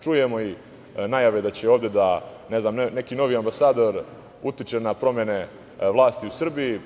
Čujemo i najave da će ovde neki novi ambasador da utiče na promene vlasti u Srbiji.